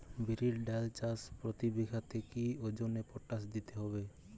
বিরির ডাল চাষ প্রতি বিঘাতে কি ওজনে পটাশ দিতে হবে?